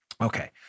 Okay